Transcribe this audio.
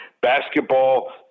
basketball